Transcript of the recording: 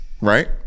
right